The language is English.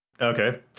okay